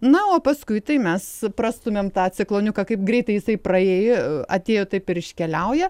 na o paskui tai mes prastumiam tą cikloniuką kaip greitai jisai praėjo atėjo taip ir iškeliauja